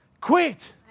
quit